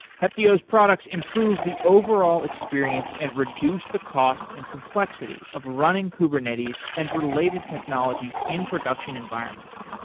heptio's products improve the overall experience and reduce the cost and complexity of running kubernetes and related technologies in production environments.